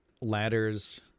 ladders